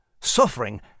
suffering